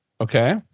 Okay